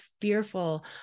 fearful